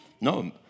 No